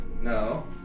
No